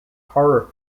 horror